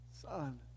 son